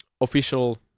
official